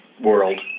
World